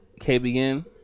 KBN